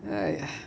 I